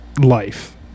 life